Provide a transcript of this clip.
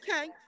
okay